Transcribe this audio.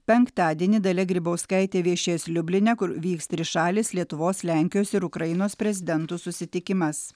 penktadienį dalia grybauskaitė viešės liubline kur vyks trišalės lietuvos lenkijos ir ukrainos prezidentų susitikimas